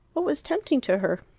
what was tempting to her?